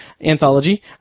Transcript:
Anthology